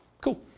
Cool